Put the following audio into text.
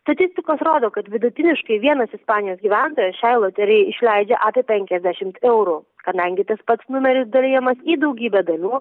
statistikos rodo kad vidutiniškai vienas ispanijos gyventojas šiai loterijai išleidžia apie penkiasdešimt eurų kadangi tas pats numeris dalijamas į daugybę dalių